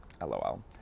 lol